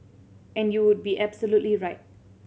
and you would be absolutely right